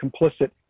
complicit